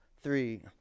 three